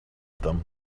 them